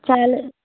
चालेल